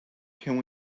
can